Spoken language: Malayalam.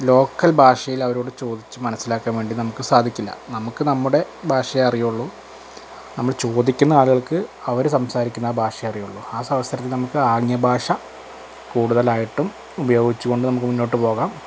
ലോക്കൽ ഭാഷയിലവരോട് ചോദിച്ചു മനസ്സിലാക്കാൻ വേണ്ടി നമുക്ക് സാധിക്കില്ല നമുക്ക് നമ്മുടെ ഭാഷയെ അറിയുള്ളു നമ്മൾ ചോദിക്കുന്ന ആളുകൾക്ക് അവരു സംസാരിക്കുന്ന ഭാഷയെ അറിയുള്ളു ആ അവസരത്തിൽ നമുക്ക് ആംഗ്യ ഭാഷ കൂടുതലായിട്ടും ഉപയോഗിച്ചുകൊണ്ട് നമുക്ക് മുന്നോട്ടു പോകാം